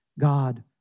God